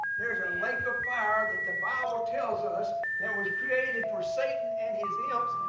there is a lake of fire that the bible tells us that was created for satan and his imps.